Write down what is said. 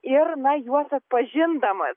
ir na juos atpažindamas